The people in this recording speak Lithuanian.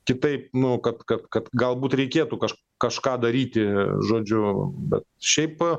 kitaip nu kad kad kad galbūt reikėtų kaž kažką daryti žodžiu bet šiaip